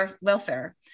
welfare